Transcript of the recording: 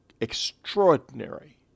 extraordinary